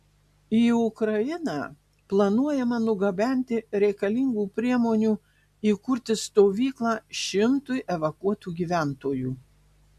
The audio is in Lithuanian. į ukrainą planuojama nugabenti reikalingų priemonių įkurti stovyklą šimtui evakuotų gyventojų